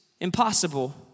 impossible